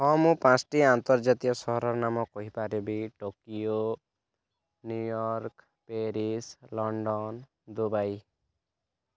ହଁ ମୁଁ ପାଞ୍ଚଟି ଆନ୍ତର୍ଜାତୀୟ ସହରର ନାମ କହିପାରିବି Tokyo New York Paris London Dubai